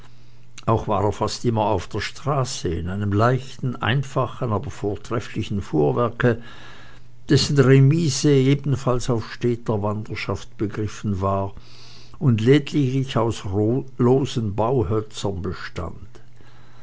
auch war er fast immer auf der straße in einem leichten einfachen aber vortrefflichen fuhrwerke dessen remise ebenfalls auf steter wanderung begriffen war und lediglich aus losen bauhölzern bestand